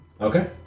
Okay